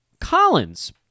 Collins